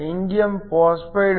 indium phosphide 1